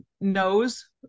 knows